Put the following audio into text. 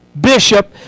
bishop